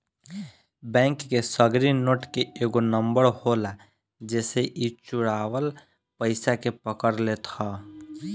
bank के सगरी note के एगो नंबर होला जेसे इ चुरावल पईसा के पकड़ लेत हअ